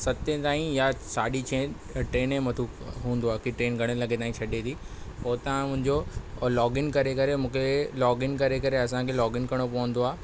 सतें ताईं यां साढें छहें ट्रेन जे मथां हूंदो आहे की ट्रेन घणे लॻे ताईं छॾे थी पोइ हुतां मुहिंजो लॉगइन करे करे मूंखे लॉगइन करे करे असांखे लॉगइन करिणो पवंदो आहे